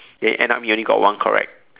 then end up he only got one correct